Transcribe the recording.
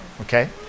Okay